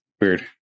weird